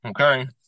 Okay